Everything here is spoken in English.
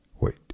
Wait